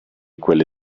quelle